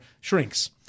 shrinks